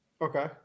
Okay